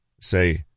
Say